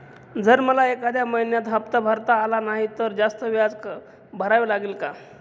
जर मला एखाद्या महिन्यात हफ्ता भरता आला नाही तर जास्त व्याज भरावे लागेल का?